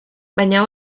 baina